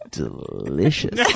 delicious